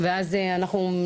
יש קו סיוע, אז כולם יצלצלו.